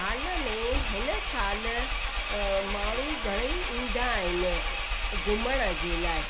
हाल में हिन सालु माण्हू घणा ई ईंदा आहिनि घुमण जे लाइ